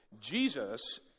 Jesus